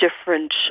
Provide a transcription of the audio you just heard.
different